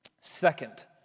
Second